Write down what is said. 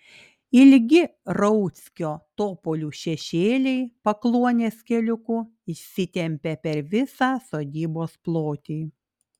ilgi rauckio topolių šešėliai pakluonės keliuku išsitempia per visą sodybos plotį